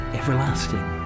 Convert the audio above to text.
everlasting